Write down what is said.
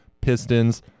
Pistons